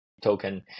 token